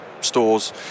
stores